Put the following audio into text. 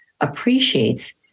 appreciates